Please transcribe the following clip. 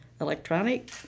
electronic